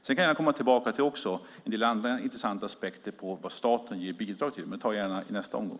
Sedan kan jag komma till en del andra intressanta aspekter på vad staten ger bidrag till, men det tar jag gärna i nästa omgång.